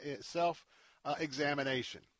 self-examination